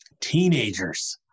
Teenagers